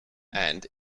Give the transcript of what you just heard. and